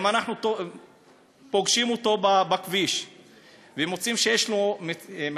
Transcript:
אם אנחנו פוגשים אותו בכביש ומוצאים שיש לו מצית,